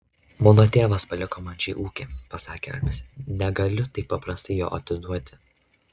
mano tėvas paliko man šį ūkį pasakė almis negaliu taip paprastai jo atiduoti